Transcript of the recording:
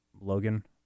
Logan